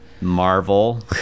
Marvel